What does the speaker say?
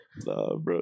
bro